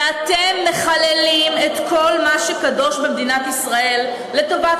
ואתם מחללים את כל מה שקדוש במדינת ישראל לטובת